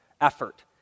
effort